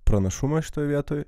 pranašumą šitoje vietoj